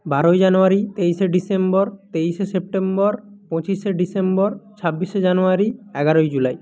বারোই জানুয়ারি তেইশে ডিসেম্বর তেইশে সেপ্টেম্বর পঁচিশে ডিসেম্বর ছাব্বিশে জানুয়ারি এগারোই জুলাই